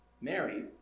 Mary